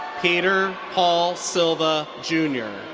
peter paul silva jr.